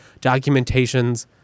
documentations